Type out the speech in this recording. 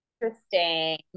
interesting